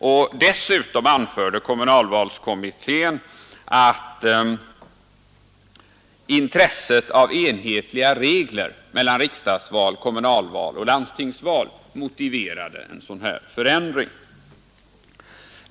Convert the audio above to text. Och dessutom anförde kommunalvalskommittén att intresset av enhetliga regler mellan riksdagsval, kommunalval och landstingsval motiverade en sådan här förändring.